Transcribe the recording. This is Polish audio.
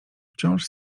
wciąż